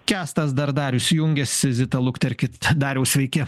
kęstas dar darius jungiasi zita lukterkit dariau sveiki